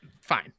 fine